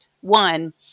One